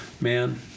man